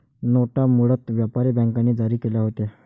नोटा मूळतः व्यापारी बँकांनी जारी केल्या होत्या